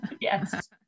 Yes